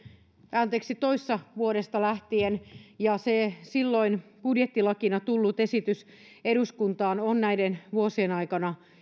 anteeksi toissa vuodesta lähtien ja se silloin budjettilakina eduskuntaan tullut esitys on näiden vuosien aikana